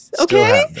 Okay